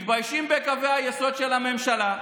מתביישים בקווי היסוד של הממשלה,